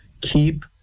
keep